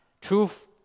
Truth